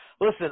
listen